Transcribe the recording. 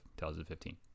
2015